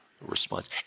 response